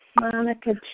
Monica